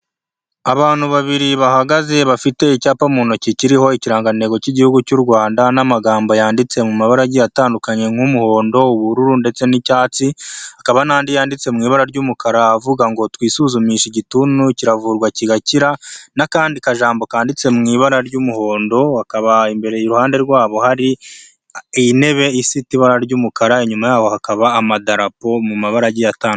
Abantu babiri bahagaze bafite icyapa mu ntoki kiriho ikirangantego cy'igihugu cy'u Rwanda n'amagambo yanditse mu mabara agiye atandukanye nk'umuhondo, ubururu ndetse n'icyatsi, hakaba n'andi yanditse mu ibara ry'umukara avuga ngo "twisuzumishe igituntu, kiravurwa kigakira," n'akandi kajambo kanditse mu ibara ry'umuhondo, hakaba imbere iruhande rwabo hari intebe ifite ibara ry'umukara, inyuma yabo hakaba amadarapo mu mabara agiye atandukanye.